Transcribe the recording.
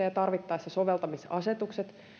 ja tarvittaessa soveltamisasetukset